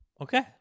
Okay